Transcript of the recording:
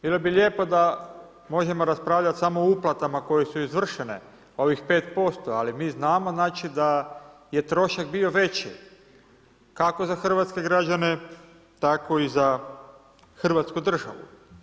Bilo bi lijepo da možemo raspravljati samo o uplatama koje su izvršene ovih 5%, ali mi znamo da je trošak bio veći, kako za hrvatske građane, tako i za hrvatsku državu.